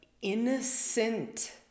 innocent